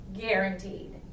Guaranteed